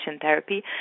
therapy